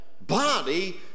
body